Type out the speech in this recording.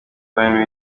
bayern